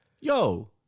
Yo